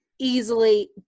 easily